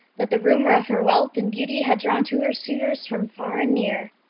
that the rumor of her wealth and beauty had drawn to her suitors from far and near.